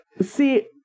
See